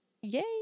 Yay